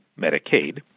Medicaid